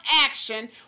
action